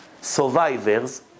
survivors